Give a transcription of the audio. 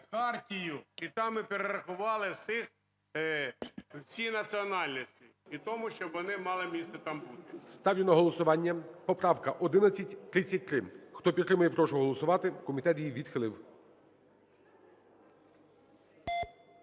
І там ми перерахували всіх, всі національності. І тому, щоб вони мали місце там бути. ГОЛОВУЮЧИЙ. Ставлю на голосування: поправка 1133. Хто підтримує, я прошу голосувати. Комітет її відхилив.